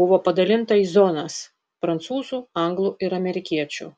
buvo padalinta į zonas prancūzų anglų ir amerikiečių